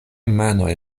manoj